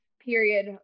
Period